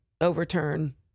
overturn